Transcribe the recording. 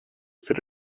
fit